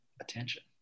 attention